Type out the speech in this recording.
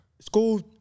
School